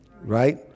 right